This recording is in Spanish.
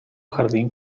jardín